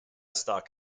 stock